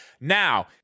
Now